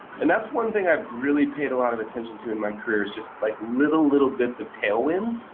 and that's one thing i've really paid a lot of attention to in my career is just like little, little bits of tailwind,